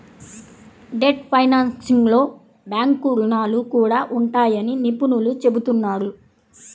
debt ఫైనాన్సింగ్లో bank రుణాలు కూడా ఉంటాయని నిపుణులు చెబుతున్నారు